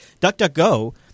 DuckDuckGo